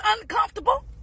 uncomfortable